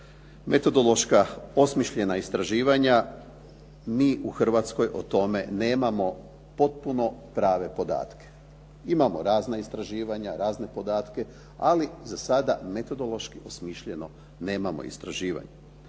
metodološka osmišljena istraživanja, mi u Hrvatskoj o tome nemamo potpuno prave podatke. Imamo razna istraživanja, razne podatke, ali za sada metodološki osmišljeno nemamo istraživanje.